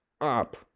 up